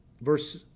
Verse